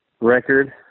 record